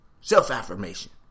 Self-affirmation